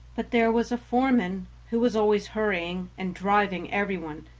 but there was a foreman who was always hurrying and driving every one,